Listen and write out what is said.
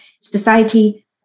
society